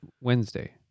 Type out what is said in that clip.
Wednesday